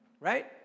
right